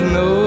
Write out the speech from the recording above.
no